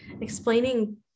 explaining